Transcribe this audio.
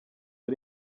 ari